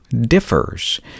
differs